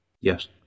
Yes